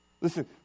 Listen